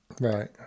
Right